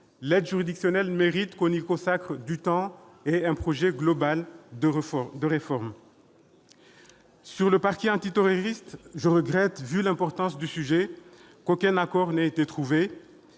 L'aide juridictionnelle mérite qu'on y consacre du temps et un projet global de réforme. Sur le parquet national antiterroriste, je regrette, au vu de l'importance du sujet, qu'aucun accord n'ait été trouvé.